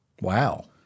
wow